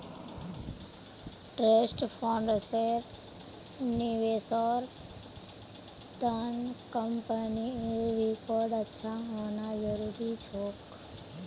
trust फंड्सेर निवेशेर त न कंपनीर रिकॉर्ड अच्छा होना जरूरी छोक